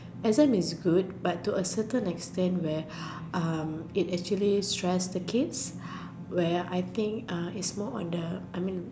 exam is good but to a certain that extent it actually stress the kids where I think